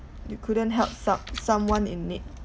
you couldn't help some~ someone in need